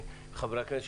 מחברי הכנסת,